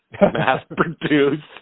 mass-produced